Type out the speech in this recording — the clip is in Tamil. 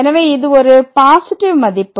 எனவே இது ஒரு பாசிட்டிவ் மதிப்பு